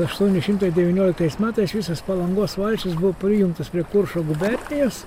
aštuoni šimtai devynioliktais metais visas palangos valsčius buvo prijungtas prie kuršo gubernijos